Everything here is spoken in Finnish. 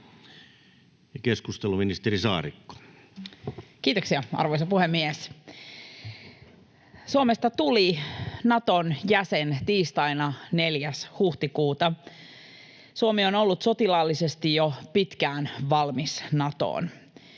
Content: Kiitoksia, arvoisa puhemies! Suomesta tuli Naton jäsen tiistaina 4. huhtikuuta. Suomi on ollut sotilaallisesti jo pitkään valmis Natoon.